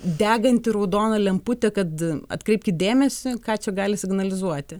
deganti raudona lemputė kad atkreipkit dėmesį ką čia gali signalizuoti